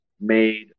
made